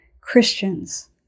Christians